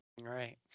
right